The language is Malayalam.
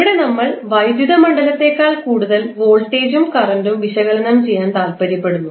ഇവിടെ നമ്മൾ വൈദ്യുത മണ്ഡലത്തേക്കാൾ കൂടുതൽ വോൾട്ടേജും കറൻറും വിശകലനം ചെയ്യാൻ താല്പര്യപ്പെടുന്നു